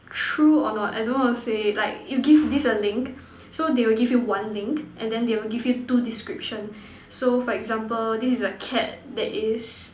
true or not I don't know how to say like you give this a link then there will give you one link and then they will give you two description so for example this is a cat that is